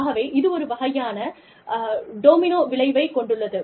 ஆகவே இது ஒரு வகையான டோமினோ விளைவைக் கொண்டுள்ளது